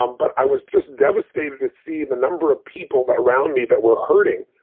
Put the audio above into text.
um but i was just devastated to see the number of people but around me that were hurting.